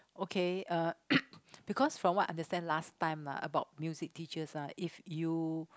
okay uh because from I understand last time lah about music teachers ah if you